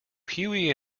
hughie